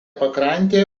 pakrantė